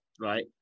right